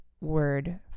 word